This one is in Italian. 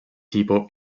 tipo